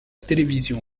télévision